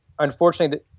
Unfortunately